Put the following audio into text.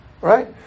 right